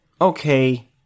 okay